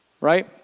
Right